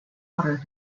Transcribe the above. water